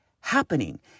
happening